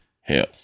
Hell